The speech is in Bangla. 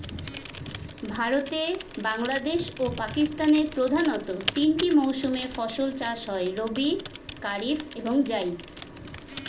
ভারতে, বাংলাদেশ ও পাকিস্তানের প্রধানতঃ তিনটি মৌসুমে ফসল চাষ হয় রবি, কারিফ এবং জাইদ